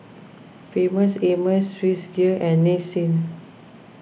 Famous Amos Swissgear and Nissin